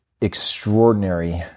extraordinary